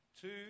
two